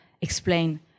explain